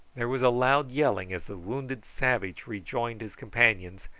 there was a loud yelling as the wounded savage rejoined his companions,